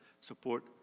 support